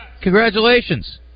Congratulations